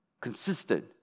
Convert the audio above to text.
consistent